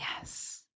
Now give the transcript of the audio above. Yes